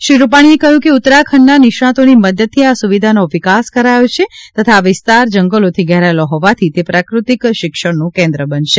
શ્રી રૂપાણીએ કહ્યું કે ઉત્તરા ખંડના નિષ્ણાંતોની મદદથી આ સુવિધાનો વિકાસ કરાયો છે તથા આ વિસ્તાર જંગલોથી ઘેરાયેલો હોવાથી તે પ્રકૃતિ શિક્ષણનું કેન્દ્ર બનશે